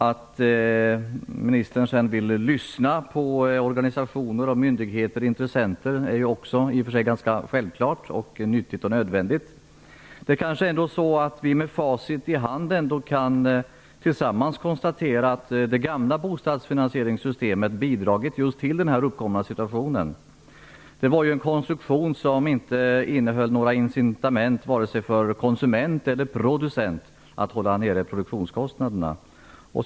Att ministern vill lyssna på organisationer, myndigheter och intressenter är också i och för sig ganska självklart och nyttigt och nödvändigt. Med facit i hand kan vi kanske ändå tillsammans konstatera att det gamla bostadsfinansieringssystemet bidragit just till den uppkomna situationen. Det var en konstruktion som inte innehöll några incitament vare sig för konsument eller producent att hålla nere produktionskostnaderna.